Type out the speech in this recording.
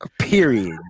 Period